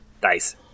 dice